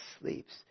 sleeps